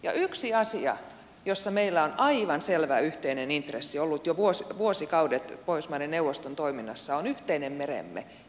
ja yksi asia jossa meillä on aivan selvä yhteinen intressi ollut jo vuosikaudet pohjoismaiden neuvoston toiminnassa on yhteinen meremme itämeri